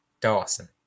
Dawson